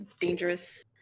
dangerous